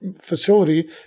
facility